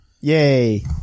yay